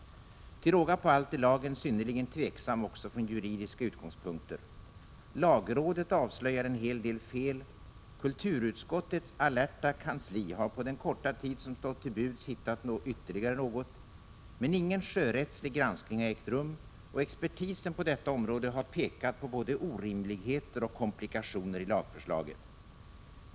Till råga på allt är lagen synnerligen tvivelaktig också från juridiska utgångspunkter. Lagrådet avslöjade en hel del fel. Kulturutskottets alerta kansli har på den korta tid som stått till buds hittat ytterligare något. Men ingen sjörättslig granskning har ägt rum, och expertisen på detta område har pekat på både orimligheter och komplikationer i lagförslaget.